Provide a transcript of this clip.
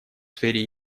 сфере